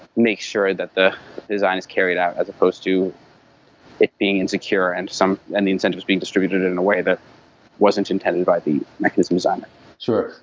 make sure that the design is carried out as opposed to it being unsecure and and the incentives being distributed in a way that wasn't intended by the mechanisms on it sure.